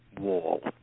wall